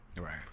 Right